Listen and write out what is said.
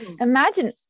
imagine